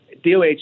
DOH